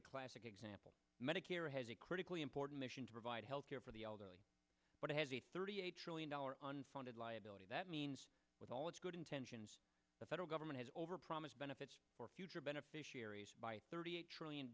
a classic example medicare has a critically important mission to provide health care for the elderly but has a thirty eight trillion dollars unfunded liability that means with all its good intentions the federal government has over promised benefits for future beneficiaries by thirty eight trillion